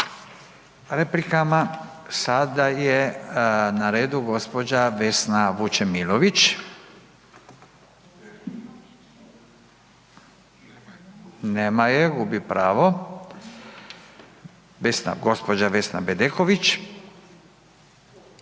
replikama. Sada je na redu gospođa Vesna Vučemilović, nema je gubi pravo. Gospođa Vesna Bedeković,